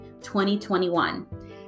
2021